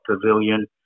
Pavilion